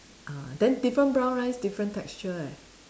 ah then different brown rice different texture eh